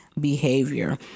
behavior